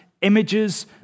images